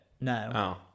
No